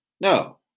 No